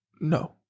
No